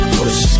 push